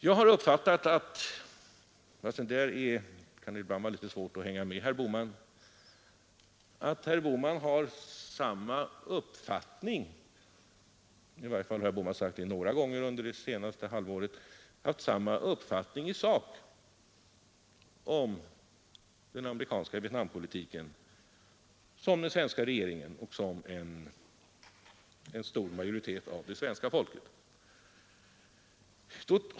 Även om det ibland kan vara litet svårt att hänga med herr Bohman i detta avseende, har jag uppfattat honom så — i varje fall har herr Bohman sagt det några gånger under det senaste halvåret — att han har samma inställning i sak till Vietnampolitiken som den svenska regeringen och en stor majoritet av svenska folket.